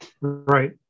Right